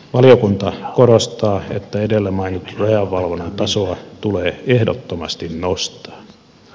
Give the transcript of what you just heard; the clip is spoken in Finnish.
valiokunta korostaa että edellä mainitun rajavalvonnan tasoa tulee ehdottomasti nostaa